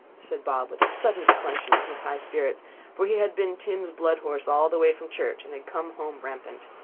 said bob, with a sudden declension in his high spirits for he had been tim's blood horse all the way from church, and had come home rampant.